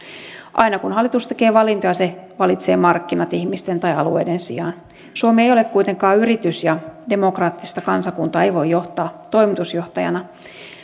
aina kun hallitus tekee valintoja se valitsee markkinat ihmisten tai alueiden sijaan suomi ei ole kuitenkaan yritys ja demokraattista kansakuntaa ei voi johtaa toimitusjohtajana